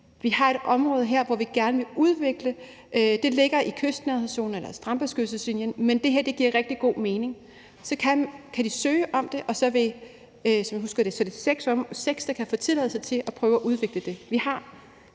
vi har et område her, hvor vi gerne vil udvikle; det ligger i kystnærhedszone eller i strandbeskyttelseslinjen, men det her giver rigtig god mening. Så kan de søge om det, og som jeg husker det, er det seks, der kan få tilladelse til at prøve at udvikle det.